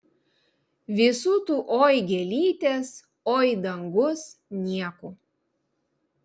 visų tų oi gėlytės oi dangus niekų